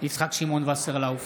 יצחק שמעון וסרלאוף,